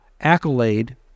accolade